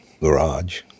garage